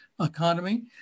economy